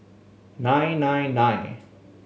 nine nine nine